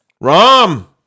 Rom